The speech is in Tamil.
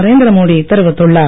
நரேந்திர மோடி தெரிவித்துள்ளார்